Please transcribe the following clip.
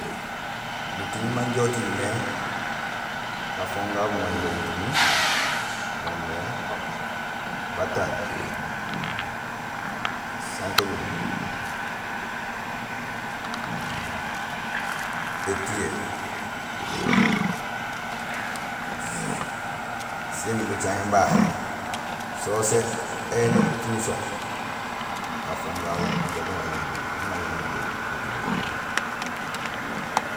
Muting manja uting mé gafooŋ gagu guŋaño do butumi moomé batanj, sisankajumo, étiyee, sén bucaŋéén bahay so usé éni uting so gafooŋ gagu inja guŋaño do butumi.